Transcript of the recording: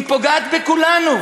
היא פוגעת בכולנו.